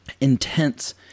intense